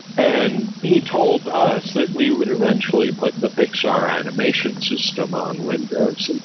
and he told us that we would eventually put the pixar animation system on windows. and